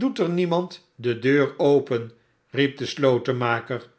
doet er niemand de deur open riep de slotenmaker